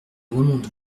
remonte